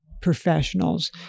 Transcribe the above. professionals